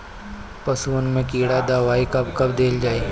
पशुअन मैं कीड़ा के दवाई कब कब दिहल जाई?